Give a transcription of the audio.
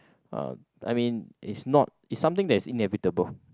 uh I mean is not is something that's inevitable